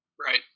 Right